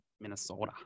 Minnesota